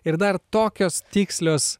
ir dar tokios tikslios